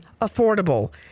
Affordable